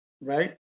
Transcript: right